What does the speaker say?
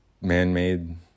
man-made